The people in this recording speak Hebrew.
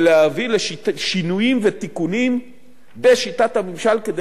ולהביא לשינויים ותיקונים בשיטת הממשל כדי